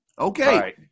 Okay